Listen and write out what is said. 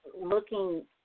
looking